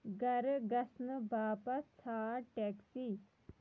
گرٕ گژھنہٕ باپتھ ژھانٛڈ ٹیکسی